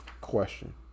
question